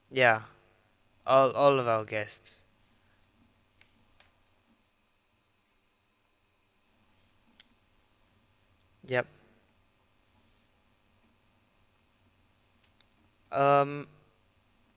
ya all all of our guests yup um